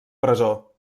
presó